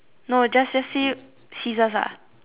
no just say see~ scissors